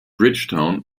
bridgetown